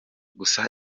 gusa